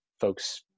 folks